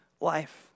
life